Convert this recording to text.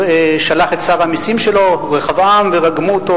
רחבעם, שלח את שר המסים שלו ורגמו אותו,